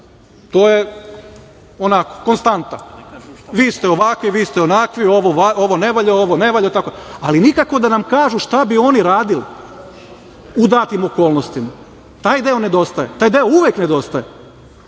to je onako konstanta, vi ste ovakvi, vi ste onakvi, ovo ne valja, ovo ne valja, ali nikako da nam kažu šta bi oni radili u datim okolnostima. Taj deo nedostaje, taj deo uvek nedostaje. Dakle,